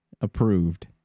approved